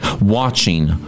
watching